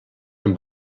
amb